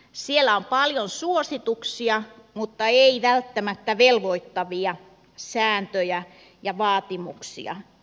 siellä on paljon suosituksia mutta ei välttämättä velvoittavia sääntöjä ja vaatimuksia